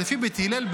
לפי בית הלל,